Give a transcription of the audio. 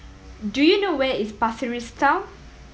do you know where is Pasir Ris Town